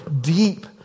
deep